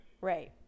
Right